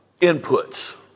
inputs